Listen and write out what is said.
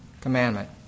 commandment